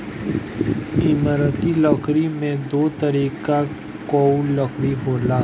इमारती लकड़ी में दो तरीके कअ लकड़ी होला